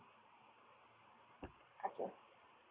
okay